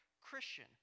Christian